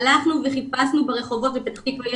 הלכנו וחיפשנו ברחובות פתח תקווה,